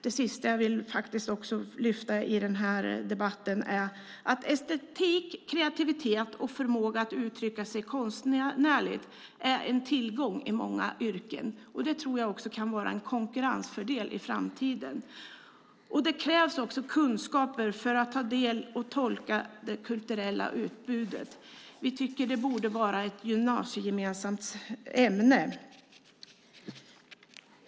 Estetik, kreativitet och förmåga att uttrycka sig konstnärligt är en tillgång i många yrken. Det kan vara en konkurrensfördel i framtiden. Det krävs kunskaper för att ta del av och tolka det kulturella utbudet. Vi tycker att det borde vara ett gymnasiegemensamt ämne.